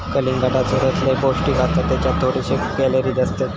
कलिंगडाचो रस लय पौंष्टिक असता त्येच्यात थोडेच कॅलरीज असतत